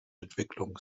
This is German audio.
entwicklung